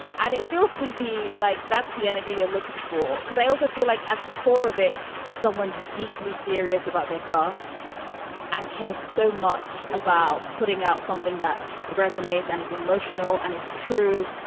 and it feels to me like that's the energy you're looking for, because i also feel like at the core of it is someone deeply serious about their craft and care so much about putting out something that resonates and is emotional and is true.